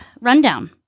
rundown